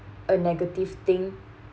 a negative thing